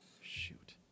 shoot